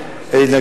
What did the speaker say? יותר מאשר פסול,